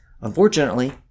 Unfortunately